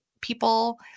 people